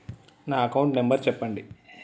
నా account number చెప్పండి?